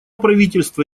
правительство